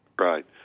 Right